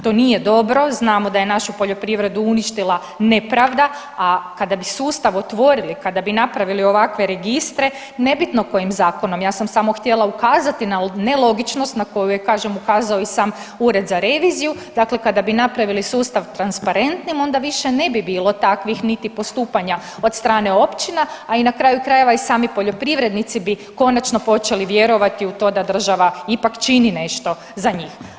To nije dobro, znamo da je našu poljoprivredu uništila nepravda, a kada bi sustav otvorili, kada bi napravili ovakve registre, nebitno kojim zakonom, ja sam samo htjela ukazati na nelogičnost na koju je, kažem, ukazao i sam Ured za reviziju, dakle kada bi napravili sustav transparentnim, onda više ne bi bilo takvih niti postupanja od strane općina, a i na kraju krajeva, sami poljoprivrednici bi konačno počeli vjerovati u to da država ipak čini nešto za njih.